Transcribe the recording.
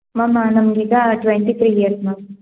ma'am ನಮ್ಗೆ ಈಗ twenty three years ma'am